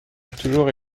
toujours